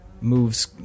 moves